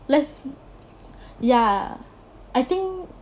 let's ya I think